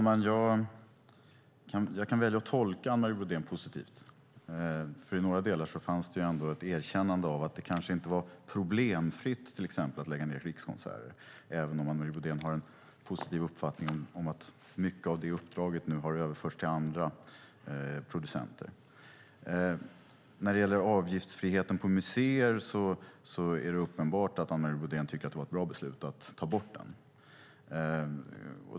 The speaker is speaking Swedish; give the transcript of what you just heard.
Herr talman! Jag kan välja att tolka Anne Marie Brodén positivt. I några delar fanns det ändå ett erkännande av att det kanske inte var problemfritt att lägga ned Rikskonserter, även om Anne Marie Brodén har en positiv uppfattning om att mycket av det uppdraget nu har överförts till andra producenter. När det gäller avgiftsfriheten på museer är det uppenbart att Anne Marie Brodén tycker att det var ett bra beslut att ta bort den.